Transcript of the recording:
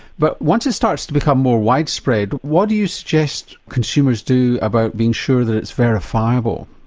but once it starts to become more widespread what do you suggest consumers do about being sure that it's verifiable?